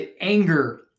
anger